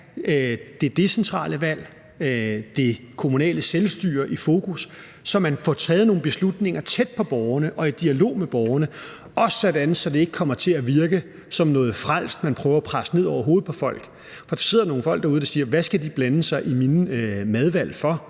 det decentrale valg, det kommunale selvstyre, i fokus, så man får taget nogle beslutninger tæt på borgerne og i dialog med borgerne, også sådan, at det ikke kommer til at virke som noget frelst, man prøver at presse ned over hovedet på folk. For der sidder nogle folk derude, der siger: Hvad skal de blande sig i mine madvalg for?